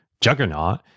juggernaut